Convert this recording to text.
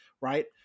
Right